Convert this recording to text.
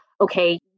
okay